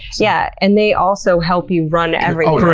yeah and they also help you run everything,